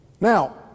Now